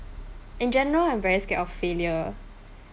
in general I'm very scared of failure